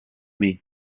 mai